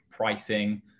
pricing